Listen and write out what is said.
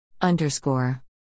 Underscore